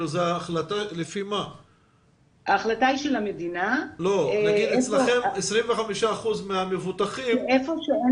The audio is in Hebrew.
בהתחלה הייתה לנו ירידה בין 25% ל-30%, כפי שדינה